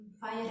fire